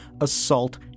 assault